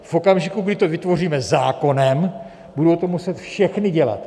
V okamžiku, kdy to vytvoříme zákonem, budou to muset všechny dělat.